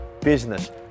business